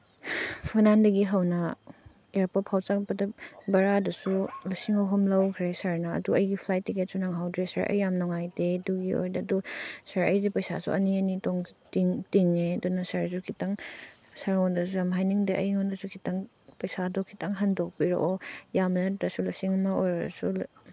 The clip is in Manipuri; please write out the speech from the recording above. ꯐꯨꯅꯥꯟꯗꯒꯤ ꯍꯧꯅ ꯏꯌꯥꯔꯄꯣꯔꯠ ꯐꯥꯎ ꯆꯠꯄꯗ ꯕꯔꯥꯗꯨꯁꯨ ꯂꯤꯁꯤꯡ ꯑꯍꯨꯝ ꯂꯧꯈ꯭ꯔꯦ ꯁꯥꯔꯅ ꯑꯗꯨ ꯑꯩꯒꯤ ꯐ꯭ꯂꯥꯏꯠ ꯇꯤꯀꯦꯠꯁꯨ ꯅꯪꯍꯧꯗ꯭ꯔꯦ ꯁꯥꯔ ꯑꯩ ꯌꯥꯝ ꯅꯨꯡꯉꯥꯏꯇꯦ ꯑꯗꯨꯒꯤ ꯑꯣꯗꯔꯗꯨ ꯁꯥꯔ ꯑꯩꯗꯤ ꯄꯩꯁꯥꯁꯨ ꯑꯅꯤ ꯑꯅꯤ ꯇꯤꯡꯉꯦ ꯑꯗꯨꯅ ꯁꯥꯔꯁꯨ ꯈꯤꯇꯪ ꯁꯥꯔꯉꯣꯟꯗꯁꯨ ꯌꯥꯝ ꯍꯥꯏꯅꯤꯡꯗꯦ ꯑꯩꯉꯣꯟꯗꯁꯨ ꯈꯤꯇꯪ ꯄꯩꯁꯥꯗꯣ ꯈꯤꯇꯪ ꯍꯥꯟꯗꯣꯛꯄꯤꯔꯛꯑꯣ ꯌꯥꯝꯕ ꯅꯠꯇ꯭ꯔꯁꯨ ꯂꯤꯁꯤꯡ ꯑꯃ ꯑꯣꯏꯔꯁꯨ